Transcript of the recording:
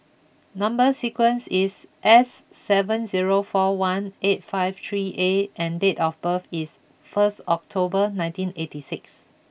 number sequence is S seven zero four one eight five three A and date of birth is first October nineteen eighty six